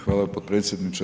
Hvala potpredsjedniče.